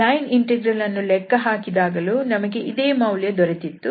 line integral ಅನ್ನು ಲೆಕ್ಕಹಾಕಿದಾಗಲೂ ನಮಗೆ ಇದೇ ಮೌಲ್ಯ ದೊರೆತಿತ್ತು